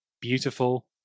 beautiful